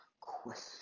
question